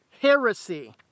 heresy